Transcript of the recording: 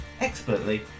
expertly